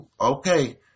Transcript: okay